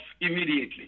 immediately